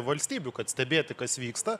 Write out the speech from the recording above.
valstybių kad stebėti kas vyksta